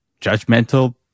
judgmental